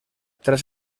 tras